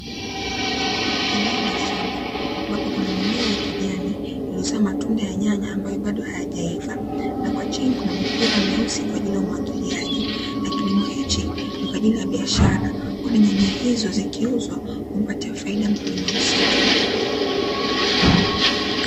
Eneo la shamba ambapo kuna mimea ya kijani iliyozaa matunda ya nyanya ambayo bado hayajaiva, na kwa chini kuna mipira meusi kwa ajili ya umwagiliaj;i na kilimo hiki ni kwa ajili ya biashara kwani nyanya hizo zikiuzwa umpatia faida mkulima husika.